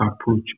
approach